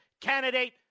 candidate